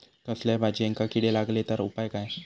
कसल्याय भाजायेंका किडे लागले तर उपाय काय?